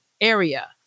area